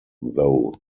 though